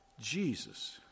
Jesus